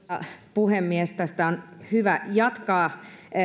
puhemies tästä on hyvä jatkaa